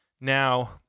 Now